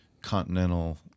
continental